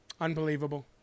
Unbelievable